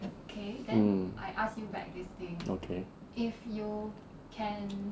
mm okay